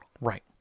Right